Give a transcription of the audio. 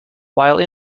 while